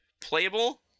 playable